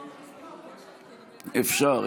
--- אפשר.